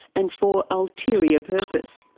and for ulterior purpose'.